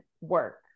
work